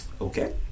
Okay